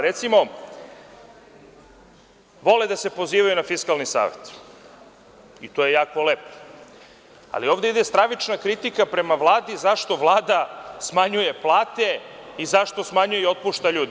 Recimo, vole da se pozivaju na Fiskalni savet i to je jako lepo, ali ovde ide stravična kritika prema Vladi zašto Vlada smanjuje plate i zašto smanjuje i otpušta ljude.